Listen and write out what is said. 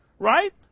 right